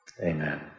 Amen